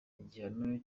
igihano